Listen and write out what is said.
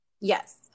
Yes